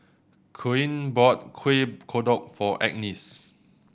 Koen bought Kuih Kodok for Agness